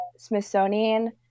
smithsonian